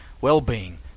well-being